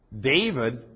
David